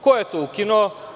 Ko je to ukinuo?